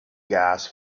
gas